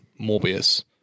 Morbius